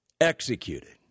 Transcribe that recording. executed